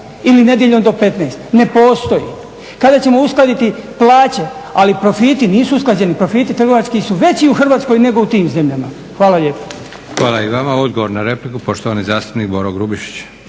ili nedjeljom do 15. Ne postoji. Kada ćemo uskladiti plaće ali profiti nisu usklađeni, profiti trgovački su veći u Hrvatskoj nego u tim zemljama. Hvala lijepa. **Leko, Josip (SDP)** Hvala i vama. Odgovor na repliku, poštovani zastupnik Boro Grubišić.